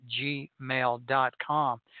gmail.com